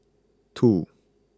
two